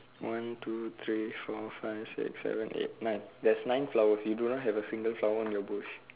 one two three four five six seven eight nine there's nine flowers you do not have a single flower in the bush